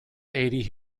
eighty